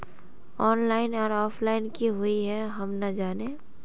Online आर offline की हुई है हम ना जाने?